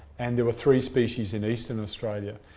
and there were three species in eastern australia.